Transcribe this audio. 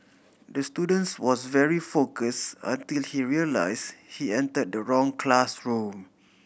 the students was very confused until he realised he entered the wrong classroom